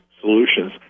solutions